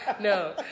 No